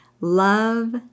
Love